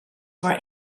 were